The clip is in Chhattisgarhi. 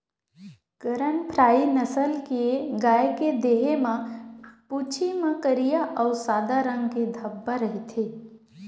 करन फ्राइ नसल के गाय के देहे म, पूछी म करिया अउ सादा रंग के धब्बा रहिथे